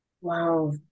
Wow